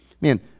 Man